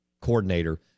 coordinator